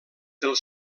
del